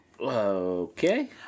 Okay